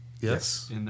Yes